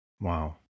Wow